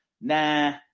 nah